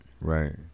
Right